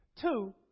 Two